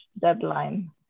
deadline